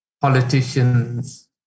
politicians